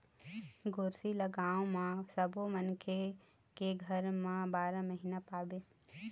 गोरसी ल गाँव म सब्बो मनखे के घर म बारा महिना पाबे